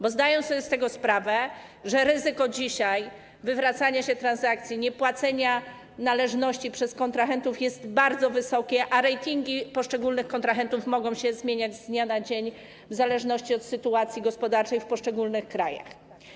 Bo zdają sobie z tego sprawę, że dzisiaj ryzyko wywracania się transakcji, niepłacenia należności przez kontrahentów jest bardzo wysokie, a ratingi poszczególnych kontrahentów mogą się zmieniać z dnia na dzień w zależności od sytuacji gospodarczej w poszczególnych krajach.